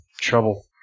Trouble